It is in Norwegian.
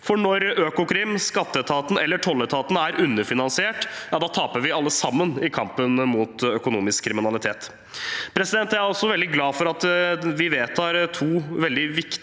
for når Økokrim, skatteetaten eller tolletaten er underfinansiert, taper vi alle sammen i kampen mot økonomisk kriminalitet. Jeg er veldig glad for at vi vedtar to veldig viktige